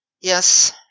Yes